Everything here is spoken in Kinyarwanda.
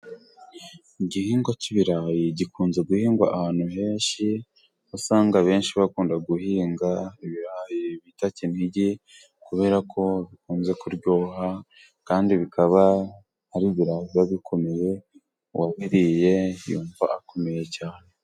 Igihingwa k'ibirayi gikunze guhingwa ahantu henshi , usanga abenshi bakunda guhinga ibirayi bita kinigi kubera ko bikunze kuryoha kandi bikaba ari ibirayi biba bikomeye, uwabiriye yumva akomeye cyane.